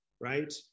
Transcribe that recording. right